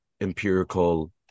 empirical